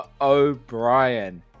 O'Brien